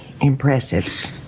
impressive